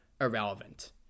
irrelevant